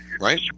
right